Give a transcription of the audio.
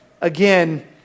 again